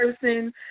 person